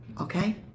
okay